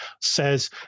says